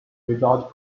without